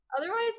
Otherwise